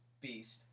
beast